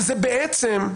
זה, בעצם,